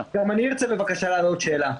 גם אני ארצה להעלות שאלה.